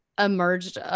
emerged